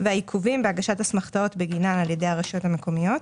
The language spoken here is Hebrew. והעיכובים בהגשת אסמכתאות בגינן על ידי הרשויות המקומיות,